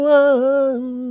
one